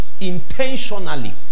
Intentionally